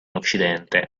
occidente